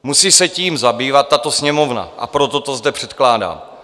Musí se tím zabývat tato Sněmovna, a proto to zde předkládám.